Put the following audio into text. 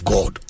God